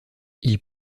ils